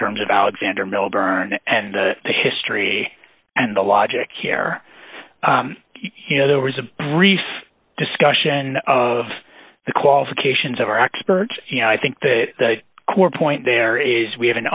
terms of alexander milburn and the history and the logic here you know there was a brief discussion of the qualifications of our experts you know i think that the core point there is we have an